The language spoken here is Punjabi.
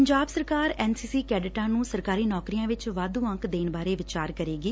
ਪੰਜਾਬ ਸਰਕਾਰ ਐਨ ਸੀ ਸੀ ਕੈਡਿਟਾਂ ਨੂੰ ਸਰਕਾਰੀ ਨੌਕਰੀਆਂ ਵਿਚ ਵਾਧੂ ਅੰਕ ਦੇਣ ਬਾਰੇ ਵਿਚਾਰ ਕਰੇਗੀ